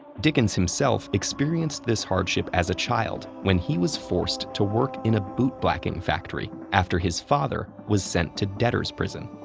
dickens himself experienced this hardship as a child when he was forced to work in a boot blacking factory after his father was sent to debtors' prison.